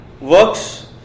works